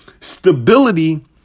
stability